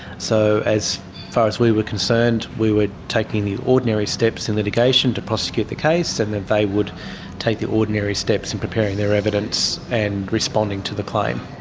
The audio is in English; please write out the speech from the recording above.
so as far as we were concerned we were taking the ordinary steps in litigation to prosecute the case and then they would take the ordinary steps in preparing their evidence and responding to the claim.